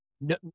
no